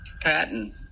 Patton